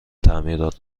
تعمیرات